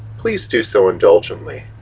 please do so indulgently.